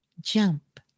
jump